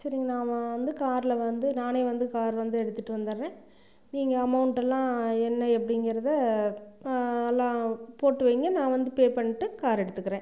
சரி நான் வந்து காரில் வந்து நானே வந்து கார் வந்து எடுத்துகிட்டு வந்துட்றேன் நீங்கள் அமெளண்டெல்லாம் என்ன எப்படிங்கறத எல்லாம் போட்டு வைங்க நான் வந்து பே பண்ணிட்டு கார் எடுத்துக்கிறேன்